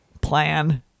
plan